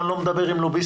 אני לא מדבר עם לוביסטים.